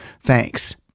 Thanks